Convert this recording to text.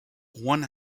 one